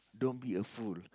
don't be a fool